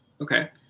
okay